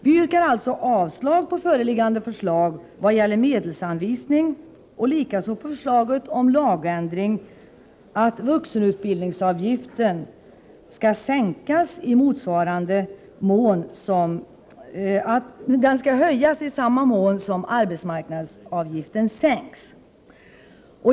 Vi yrkar alltså avslag på föreliggande förslag vad gäller medelsanvisningen och bifall till lagändringsförslaget, att vuxenutbildningsavgiften skall höjas i samma mån som arbetsmarknadsavgiften sänks.